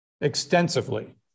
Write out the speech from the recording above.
extensively